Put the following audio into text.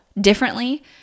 differently